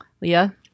Leah